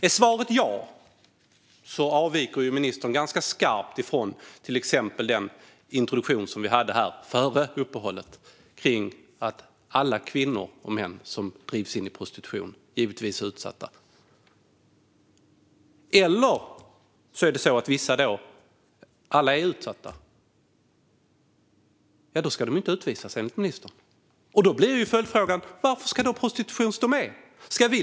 Om svaret är ja avviker ministern ganska skarpt från till exempel introduktionen här före uppehållet, som handlade om att alla kvinnor och män som drivs in i prostitution givetvis är utsatta. Om det i stället är så att alla är utsatta - då ska de inte utvisas, enligt ministern. Och då blir följdfrågan varför prostitution ska stå med.